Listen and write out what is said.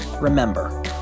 Remember